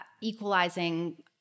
equalizing